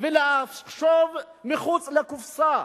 ולחשוב מחוץ לקופסה,